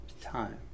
time